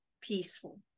peaceful